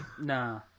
Nah